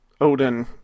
Odin